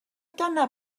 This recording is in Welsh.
dyna